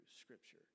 scripture